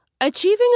Achieving